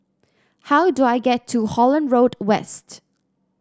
how do I get to Holland Road West